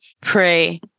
pray